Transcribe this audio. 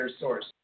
source